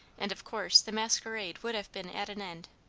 and of course the masquerade would have been at an end.